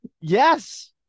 Yes